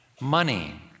money